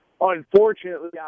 Unfortunately